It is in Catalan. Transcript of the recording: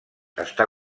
està